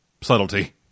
Subtlety